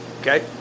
Okay